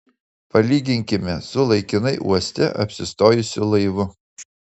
palyginkime su laikinai uoste apsistojusiu laivu